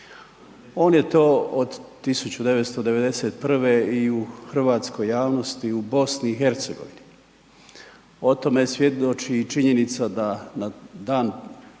On je to od 1991. i u hrvatskoj javnosti u BiH. O tome svjedoči i činjenica da na dan